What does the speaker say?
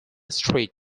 street